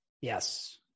Yes